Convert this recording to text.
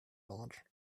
launch